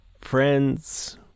friends